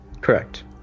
correct